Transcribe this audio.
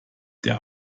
der